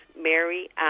mary